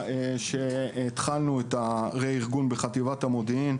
שהתחלנו את הרה-ארגון בחטיבת המודיעין.